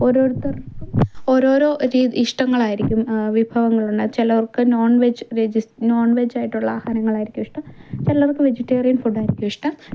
ഓരോരുത്തർക്കും ഓരോരോ രി ഇഷ്ടങ്ങൾ ആയിരിക്കും വിഭവങ്ങൾ ചിലർക്ക് നോൺ വെജ് വെ നോൺ വെജ് ആയിട്ടുള്ള ആഹാരങ്ങൾ ആയിരിക്കും ഇഷ്ടം ചിലർക്ക് വെജിറ്റേറിയൻ ഫുഡ് ആയിരിക്കും ഇഷ്ടം